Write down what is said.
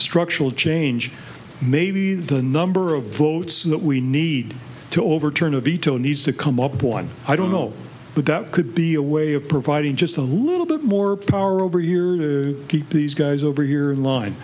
structural change maybe the number of votes that we need to overturn a veto needs to come up one i don't know but that could be a way of providing just a little bit more power over your keep these guys over here in line